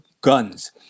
guns